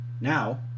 now